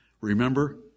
Remember